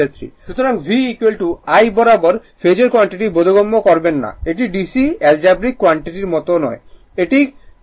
সুতরাং V I বারবার ফেজোর কোয়ান্টিটি বোধগম্য করবেন না এটি DC অ্যালগেব্রেক কোয়ান্টিটির মতো নয় এটি করবেন না